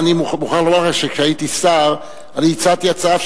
אני מוכרח לומר לך שכשהייתי שר אני הצעתי הצעה,